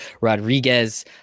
Rodriguez